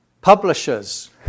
publishers